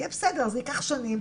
יהיה בסדר זה ייקח שנים,